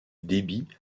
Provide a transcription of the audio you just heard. débits